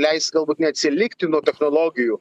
leis galbūt neatsilikti nuo technologijų